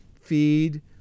Feed